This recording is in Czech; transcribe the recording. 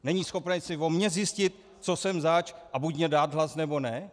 Není schopný si o mně zjistit, co jsem zač, a buď mi dát hlas, nebo ne?